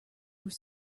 were